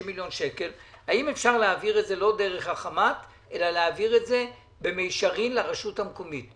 מיליון שקלים לא דרך החמ"ת אלא להעביר את זה במישרין לרשות המקומית.